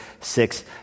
six